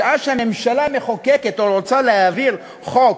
משעה שהממשלה מחוקקת או רוצה להעביר חוק